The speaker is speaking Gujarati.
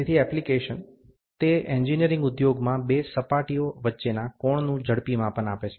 તેથી એપ્લિકેશન તે એન્જિનિયરિંગ ઉદ્યોગમાં બે સપાટી વચ્ચેના કોણનું ઝડપી માપન આપે છે